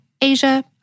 Asia